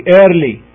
early